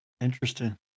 Interesting